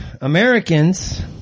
Americans